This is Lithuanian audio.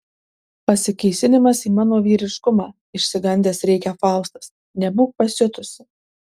pasikėsinimas į mano vyriškumą išsigandęs rėkia faustas nebūk pasiutusi